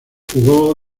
jugó